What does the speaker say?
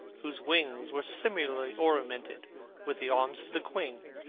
whose wings were similarly ornamented with the arms of the queen,